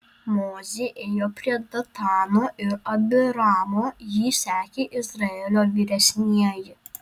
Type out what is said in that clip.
mozė ėjo prie datano ir abiramo jį sekė izraelio vyresnieji